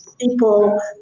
people